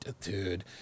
Dude